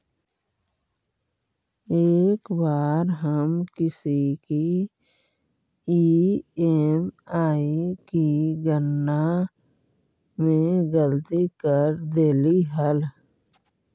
एक बार हम किसी की ई.एम.आई की गणना में गलती कर देली हल